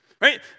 Right